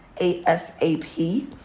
ASAP